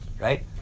right